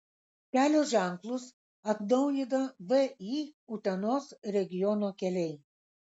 kelio ženklus atnaujina vį utenos regiono keliai